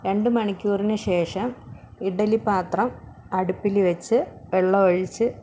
രണ്ട് മണിക്കൂറിന് ശേഷം ഇഡലി പാത്രം അടുപ്പില് വെച്ച് വെള്ളം ഒഴിച്ച്